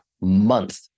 month